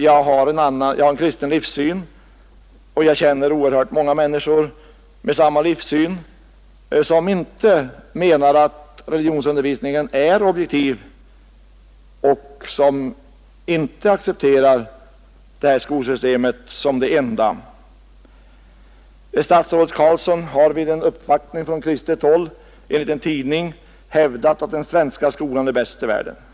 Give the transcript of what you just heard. Jag har en kristen livssyn, och jag känner oerhört många människor med samma livssyn, som inte anser att religionsundervisningen är objektiv och som inte accepterar vårt skolsystem som det enda riktiga. Statsrådet Carlsson har vid en uppvaktning från kristet håll, enligt en tidning, hävdat att den svenska skolan är bäst i världen.